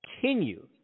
continue